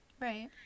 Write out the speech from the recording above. Right